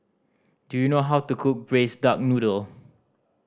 do you know how to cook Braised Duck Noodle